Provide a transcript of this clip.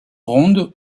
rondes